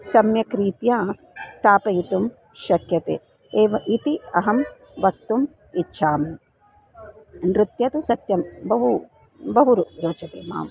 सम्यक्रीत्या स्थापयितुं शक्यते एव इति अहं वक्तुम् इच्छामि नृत्यं तु सत्यं बहु बहु रोचते माम्